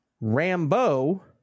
Rambo